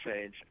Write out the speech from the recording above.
change